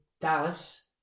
Dallas